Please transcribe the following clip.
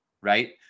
right